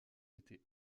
été